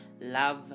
love